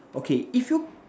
okay if you